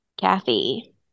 Kathy